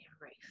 race